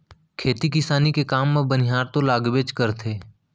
खेती किसानी के काम म बनिहार तो लागबेच करथे